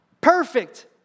perfect